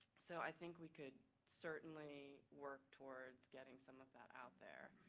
so i think we could certainly work towards getting some of that out there.